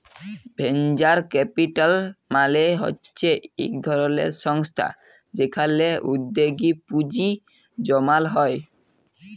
venture capital মালে হচ্যে ইক ধরলের সংস্থা যেখালে উদ্যগে পুঁজি জমাল হ্যয়ে